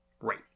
Right